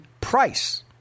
price